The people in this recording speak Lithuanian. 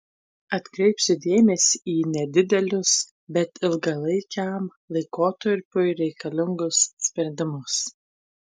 atkreipsiu dėmesį į nedidelius bet ilgalaikiam laikotarpiui reikalingus sprendimus